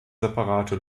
separate